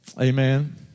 Amen